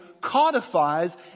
codifies